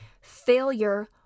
failure